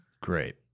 Great